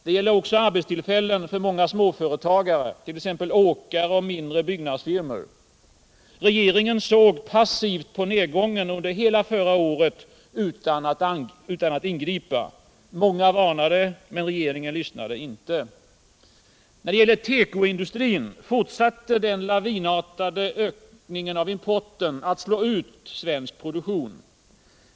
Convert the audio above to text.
Det gäller också arbetstillfällen för många småföretagare, t.ex. åkare och mindre byggnadsfirmor. Regeringen såg passivt på nedgången under hela förra året utan att ingripa. Många varnade, men regeringen lyssnade inte. När det gäller tekoindustrin fortsätter den lavinartat ökade importen att slå ut svensk produktion.